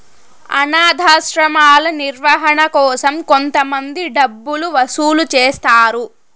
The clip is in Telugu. అనాధాశ్రమాల నిర్వహణ కోసం కొంతమంది డబ్బులు వసూలు చేస్తారు